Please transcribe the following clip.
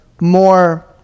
more